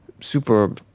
super